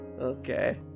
Okay